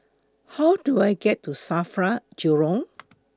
How Do I get to SAFRA Jurong